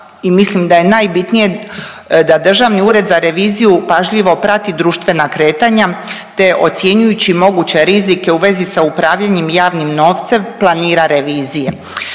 mislim da je najbitnije da Državni ured za reviziju pažljivo prati društvena kretanja te ocjenjujući moguće rizike u vezi sa upravljanjem javnim novcem planira revizije